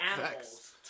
animals